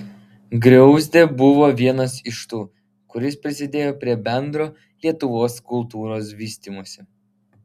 griauzdė buvo vienas iš tų kuris prisidėjo prie bendro lietuvos kultūros vystymosi